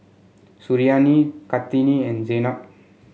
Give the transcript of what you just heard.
Suriani Kartini and Zaynab